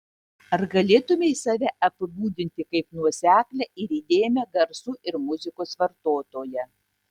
ar galėtumei save apibūdinti kaip nuoseklią ir įdėmią garsų ir muzikos vartotoją